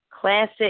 classic